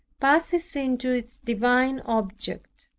passes into its divine object.